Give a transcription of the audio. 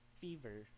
fever